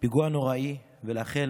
פיגוע נוראי, ולאחל